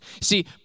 See